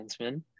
defenseman